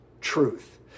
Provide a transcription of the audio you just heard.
truth